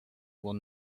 will